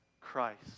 Christ